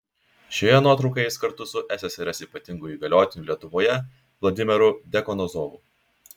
šioje nuotraukoje jis kartu su ssrs ypatinguoju įgaliotiniu lietuvoje vladimiru dekanozovu